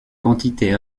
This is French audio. quantité